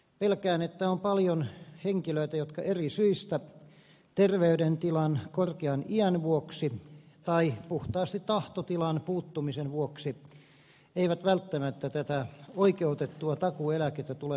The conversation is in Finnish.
pelkään että on paljon henkilöitä jotka eri syistä terveydentilan korkean iän vuoksi tai puhtaasti tahtotilan puuttumisen vuoksi eivät välttämättä tätä oikeutettua takuueläkettä tule hakemaan